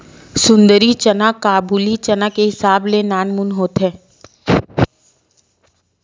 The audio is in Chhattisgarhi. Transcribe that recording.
सुंदरी चना काबुली चना के हिसाब ले नानकुन होथे